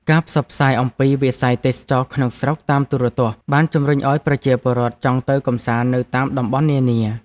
ការផ្សព្វផ្សាយអំពីវិស័យទេសចរណ៍ក្នុងស្រុកតាមទូរទស្សន៍បានជំរុញឱ្យប្រជាជនចង់ទៅកម្សាន្តនៅតាមតំបន់នានា។